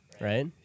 right